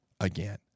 again